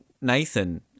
Nathan